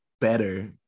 better